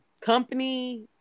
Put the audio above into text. company